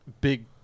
Big